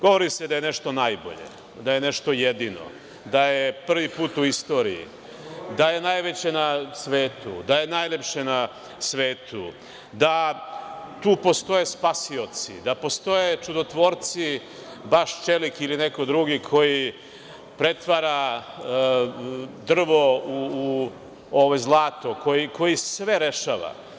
Govori se da je nešto najbolje, da je nešto jedino, da je prvi put u istoriji, da je najveće na svetu, da je najlepše na svetu, da tu postoje spasioci, da postoje čudotvorci, „Baš Čelik“ ili neko drugi ko pretvara drvo u zlato, koji sve rešava.